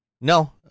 No